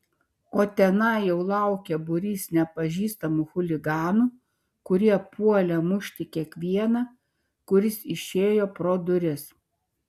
o tenai jau laukė būrys nepažįstamų chuliganų kurie puolė mušti kiekvieną kuris išėjo pro duris